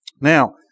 Now